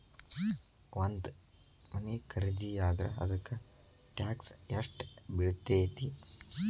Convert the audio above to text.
ಒಂದ್ ಮನಿ ಖರಿದಿಯಾದ್ರ ಅದಕ್ಕ ಟ್ಯಾಕ್ಸ್ ಯೆಷ್ಟ್ ಬಿಳ್ತೆತಿ?